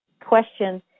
question